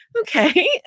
okay